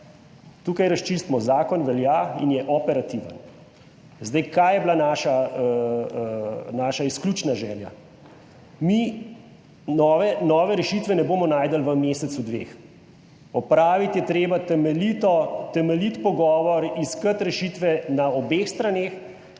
tukaj razčistimo: zakon velja in je operativen. Zdaj kaj je bila naša, naša izključna želja? Mi nove rešitve ne bomo našli v mesecu, dveh. Opraviti je treba temeljito, temeljit pogovor, iskati rešitve na obeh straneh